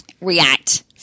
react